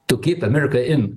to keep america in